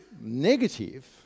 negative